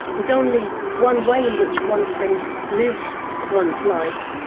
is only one way in which one can live one's life.